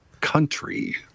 country